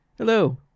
Hello